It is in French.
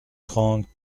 trente